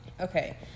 Okay